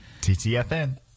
TTFN